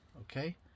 okay